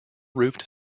roofed